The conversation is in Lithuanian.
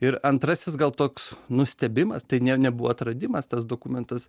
ir antrasis gal toks nustebimas tai ne nebuvo atradimas tas dokumentas